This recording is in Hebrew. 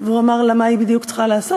והוא אמר לה מה בדיוק היא צריכה לעשות.